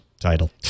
title